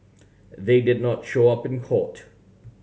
they did not show up in court